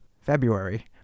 February